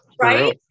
right